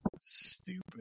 Stupid